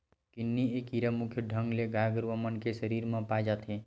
किन्नी ए कीरा मुख्य ढंग ले गाय गरुवा मन के सरीर म पाय जाथे